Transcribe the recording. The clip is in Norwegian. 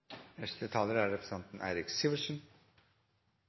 Neste taler er representanten